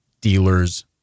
dealers